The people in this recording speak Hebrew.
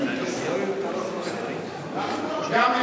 תודה רבה.